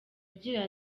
agira